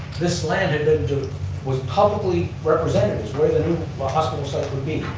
this land and and was publicly represented as where the new hospital site would be.